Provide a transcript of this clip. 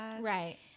Right